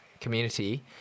community